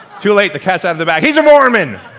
too late, the cats out the bag, he's a mormon!